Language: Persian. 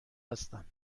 هستم